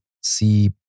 see